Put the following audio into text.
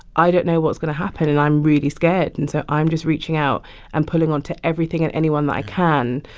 i don't know what's going to happen. and i'm really scared. and so i'm just reaching out and pulling on to everything and anyone that i can,